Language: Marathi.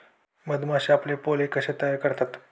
मधमाश्या आपले पोळे कसे तयार करतात?